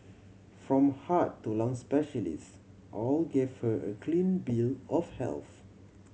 from heart to lung specialist all gave her a clean bill of health